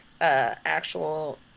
actual